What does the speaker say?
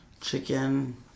Chicken